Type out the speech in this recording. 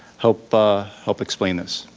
help help explain this.